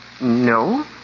No